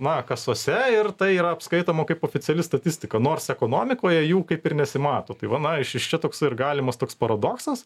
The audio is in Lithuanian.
na kasose ir tai yra apskaitoma kaip oficiali statistika nors ekonomikoje jų kaip ir nesimato tai va na iš iš čia toksai ir galimas toks paradoksas